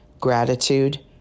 gratitude